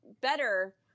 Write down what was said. better